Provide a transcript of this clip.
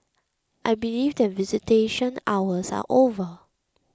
I believe that visitation hours are over